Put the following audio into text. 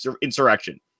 insurrection